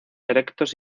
erectos